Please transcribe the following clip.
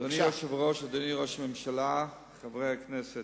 אדוני היושב-ראש, אדוני ראש הממשלה, חברי הכנסת,